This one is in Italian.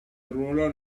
arruolò